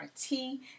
tea